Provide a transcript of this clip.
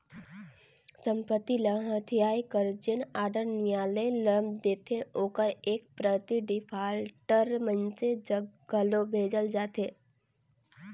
संपत्ति ल हथियाए कर जेन आडर नियालय ल देथे ओकर एक प्रति डिफाल्टर मइनसे जग घलो भेजल जाथे